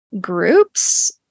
groups